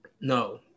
No